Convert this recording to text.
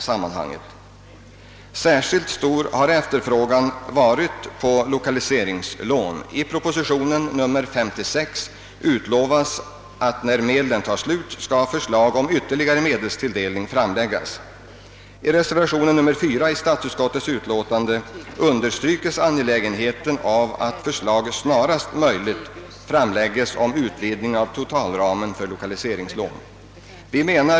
Särskilt stor har efterfrågan på lokaliseringslån varit. I proposition nr 56 utlovas att förslag om ytterligare medelstilldelning skall framläggas då medlen tar slut. I reservationen 4 i statsutskottets utlåtande understryks angelägenheten av att förslag om utvidgning av totalramen för lokaliseringslån snarast möjligt framläggs.